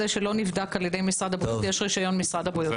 שלא נבדק על ידי משרד הבריאות יש רשיון משרד הבריאות.